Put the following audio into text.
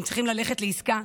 אם צריכים ללכת לעסקה,